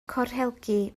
corhelgi